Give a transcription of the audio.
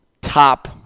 top